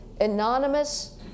anonymous